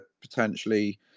potentially